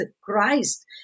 christ